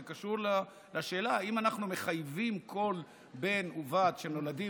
זה קשור לשאלה אם אנחנו מחייבים כל בן ובת שנולדים